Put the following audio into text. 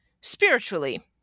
spiritually